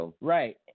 Right